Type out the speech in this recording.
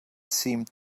seemed